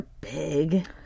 big